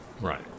Right